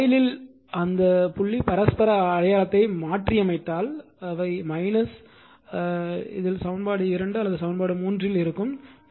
ஒரு காயிலில் அந்த புள்ளி பரஸ்பர அடையாளத்தை மாற்றியமைத்தால் அவை இல் சமன்பாடு 2 அல்லது சமன்பாடு 3 இல் இருக்கும்